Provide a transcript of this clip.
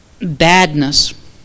badness